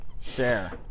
Share